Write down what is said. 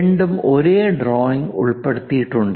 രണ്ടും ഒരേ ഡ്രോയിംഗിൽ ഉൾപ്പെടുത്തിയിട്ടുണ്ട്